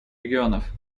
регионов